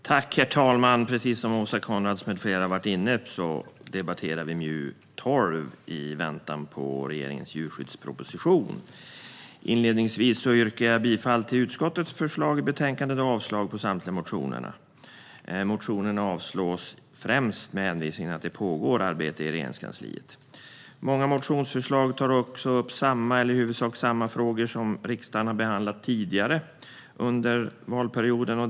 Herr talman! Precis som Åsa Coenraads med flera har varit inne på debatterar vi MJU12, i väntan på regeringens djurskyddsproposition. Inledningsvis yrkar jag bifall till utskottets förslag i betänkandet och avslag på samtliga motioner. Motionerna avstyrks främst med hänvisning till att det pågår arbete i Regeringskansliet. Många motionsförslag tar upp samma eller i huvudsak samma frågor som riksdagen har behandlat tidigare under valperioden.